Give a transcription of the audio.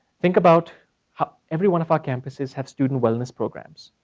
think about everyone at our campuses have students wellness programs,